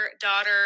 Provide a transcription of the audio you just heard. daughter